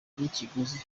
n’ikiguzi